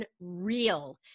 unreal